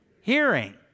hearing